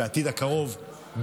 בעתיד הקרוב,